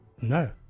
No